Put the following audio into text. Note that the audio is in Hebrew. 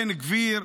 בן גביר,